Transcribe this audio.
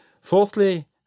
Fourthly